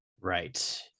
Right